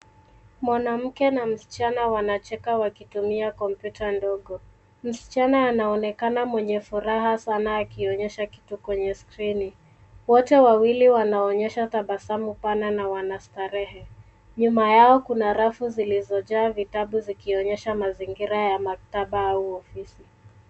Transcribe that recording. Mwanamke na msichana wanacheka wakitumia kompyuta ndogo. Msichana anaonekana mwenye furaha sana akionyesha kitu kwenye skrini. Wote wawili wanaonyesha tabasamu pana na wanastarehe. Nyuma yao kuna rafu zilizojaa vitabu zikionyesha mazingira ya maktaba au ofisi.